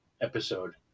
episode